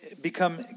become